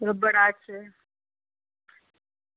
ते ओह् बड़ा अच्छा ऐ